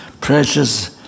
precious